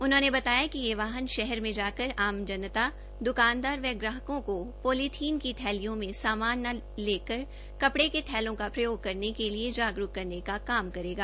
उन्होंने बताया कि ये वाहन शहर में जाकर आज जनता द्रकानदार व ग्राहकों को पौलिथीन की थैलियों में सामान न लेकर कपड़े के थैलों के का प्रयोग करने के लिए जागरूक करने का काम करेगा